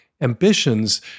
ambitions